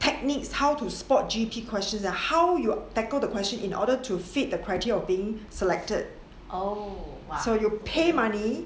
techniques how to spot G_P questions ah how you tackle the question in order to fit the criteria of being selected so you pay money